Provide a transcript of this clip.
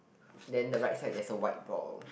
then the right side there's a white ball